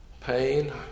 Pain